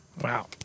Wow